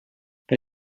per